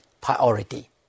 priority